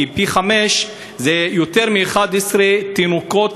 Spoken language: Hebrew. כי פי-חמישה זה יותר מ-11 תינוקות